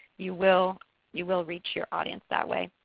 you will you will reach your audience that way.